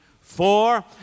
four